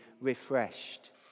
refreshed